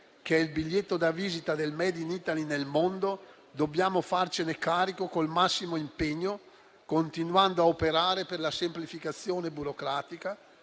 che è il biglietto da visita del *made in Italy* nel mondo, dobbiamo farcene carico con il massimo impegno, continuando a operare per la semplificazione burocratica,